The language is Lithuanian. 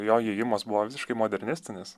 jo įėjimas buvo visiškai modernistinis